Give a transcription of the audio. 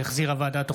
שהחזירה ועדת החוקה,